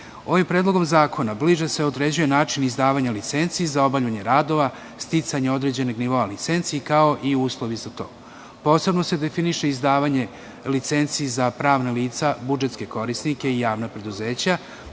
predlogom zakona bliže se određuje način izdavanja licenci za obavljanje radova, sticanja određenog nivoa licenci kao i uslovi za to. Posebno se definiše izdavanje licenci za pravna lica, budžetske korisnike i javna preduzeća,